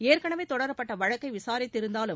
ஏற்கனவே தொடரப்பட்ட வழக்கை விசாரித்திருந்தாலும்